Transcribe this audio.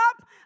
up